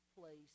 place